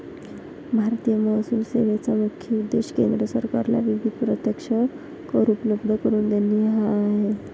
भारतीय महसूल सेवेचा मुख्य उद्देश केंद्र सरकारला विविध प्रत्यक्ष कर उपलब्ध करून देणे हा आहे